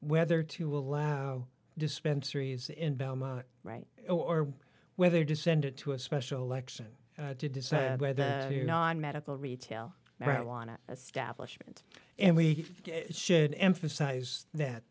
whether to allow dispensary is in belmont right or whether to send it to a special election to decide whether or not medical retail marijuana establishment and we should emphasize that